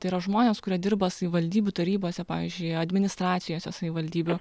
tai yra žmonės kurie dirba savivaldybių tarybose pavyzdžiui administracijose savivaldybių